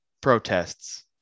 protests